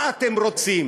מה אתם רוצים?